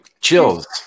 chills